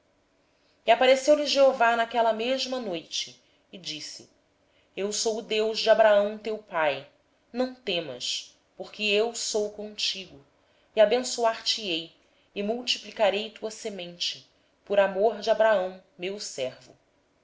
e apareceu-lhe o senhor na mesma noite e disse eu sou o deus de abraão teu pai não temas porque eu sou contigo e te abençoarei e multiplicarei a tua descendência por amor do meu servo